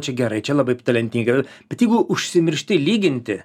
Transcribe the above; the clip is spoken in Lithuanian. čia gerai čia labai talentinga bet jeigu užsimiršti lyginti